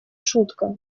шутка